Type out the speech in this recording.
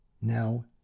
Now